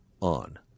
on